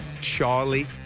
Charlie